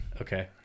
Okay